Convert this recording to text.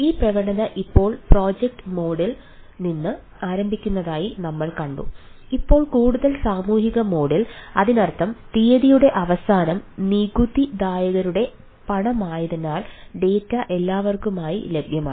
ഈ പ്രവണത ഇപ്പോൾ പ്രോജക്റ്റ് മോഡിൽ നിന്ന് ആരംഭിക്കുന്നതായി നമ്മൾ കണ്ടു ഇപ്പോൾ കൂടുതൽ സാമൂഹിക മോഡിൽ അതിനർത്ഥം തീയതിയുടെ അവസാനം നികുതിദായകരുടെ പണമായതിനാൽ ഡാറ്റ എല്ലാവർക്കുമായി ലഭ്യമാണ്